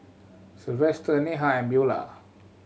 Silvester Neha and Beula